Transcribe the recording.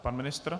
Pan ministr?